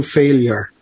failure